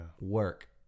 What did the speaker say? Work